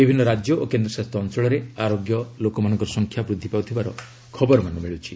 ବିଭିନ୍ନ ରାଜ୍ୟ ଓ କେନ୍ଦ୍ରଶାସିତ ଅଞ୍ଚଳରେ ଆରୋଗ୍ୟ ଲୋକମାନଙ୍କ ସଂଖ୍ୟା ବୃଦ୍ଧି ପାଉଥିବାର ଖବରମାନ ମିଳୁଛି